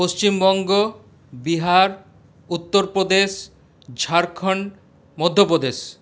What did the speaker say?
Paschimbanga Bihar Uttar Pradesh Jharkhand Madhya Pradesh